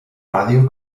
ràdio